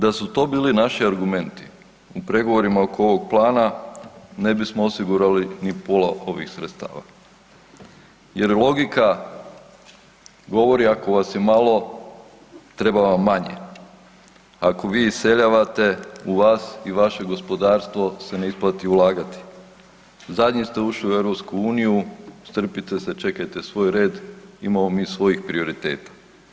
Da su to bili naši argumenti u pregovorima oko ovog plana ne bismo osigurali ni pola ovih sredstava jer logika govori ako vas je malo treba vam manje, ako vi iseljavate u vas i vaše gospodarstvo se ne isplati ulagati, zadnji ste ušli u EU strpite se, čekajte svoj red imamo mi svojih prioriteta.